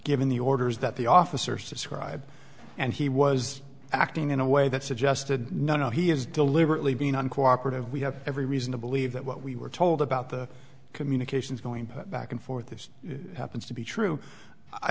given the orders that the officers describe and he was acting in a way that suggested no he is deliberately being uncooperative we have every reason to believe that what we were told about the communications going back and forth this happens to be true i